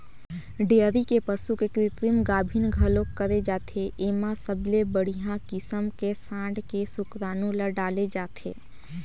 dairy के पसू के कृतिम गाभिन घलोक करे जाथे, एमा सबले बड़िहा किसम के सांड के सुकरानू ल डाले जाथे